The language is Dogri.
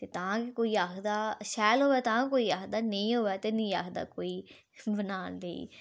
ते तां गै कोई आखदा शैल होऐ तां कोई आखदा नेईं होऐ ते नेईं आखदा कोई बनान दी